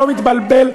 אתה מתבלבל,